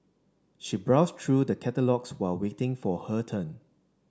she browsed through the catalogues while waiting for her turn